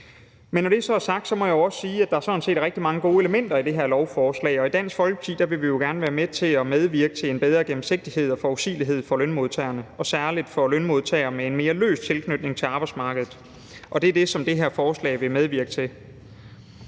Men når det så er sagt, må jeg jo også sige, at der sådan set er rigtig mange gode elementer i det her lovforslag, og i Dansk Folkeparti vil vi jo gerne medvirke til en bedre gennemsigtighed og forudsigelighed for lønmodtagerne, særlig for lønmodtagere med en mere løs tilknytning til arbejdsmarkedet, og det er det, som det her forslag vil medvirke til.